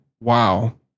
wow